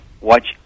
watch